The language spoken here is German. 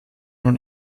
nun